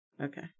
Okay